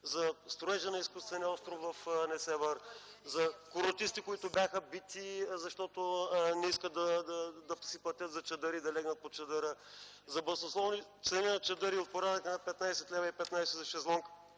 за строежа на изкуствения остров в Несебър, за курортисти, които бяха бити, защото не искат да си платят за чадър, да легнат под чадър, за баснословни цени на чадъри от порядъка на 15 лв. и 15 лв. за шезлонг